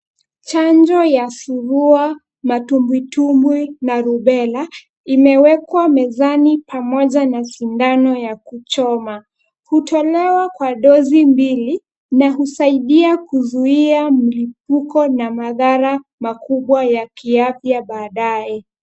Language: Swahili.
Chanjo ya surua, matumbwitumbwi na rubela imewekwa mezani pamoja na sindano ya kuchoma. Hutolewa kwa dozi mbili na husaidia kuzuia mlipuko na madhara makubwa ya kiafya baadaye.